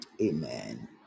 Amen